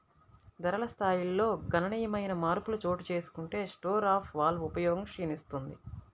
ధరల స్థాయిల్లో గణనీయమైన మార్పులు చోటుచేసుకుంటే స్టోర్ ఆఫ్ వాల్వ్ ఉపయోగం క్షీణిస్తుంది